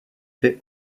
fait